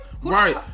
Right